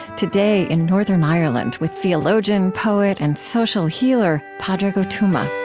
today, in northern ireland with theologian, poet, and social healer padraig o tuama